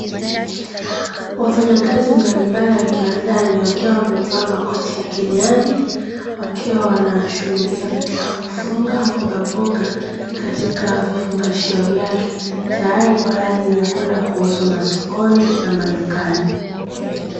Wafanyakazi mbalimbali wa kiwandani wakiwa wamevaa makoti ya kijani, wakiwa wanashughulika katika kufunga mbogamboga katika vifungashio vyake, tayari kwa ajili ya kwenda kuuzwa masokoni na madukani.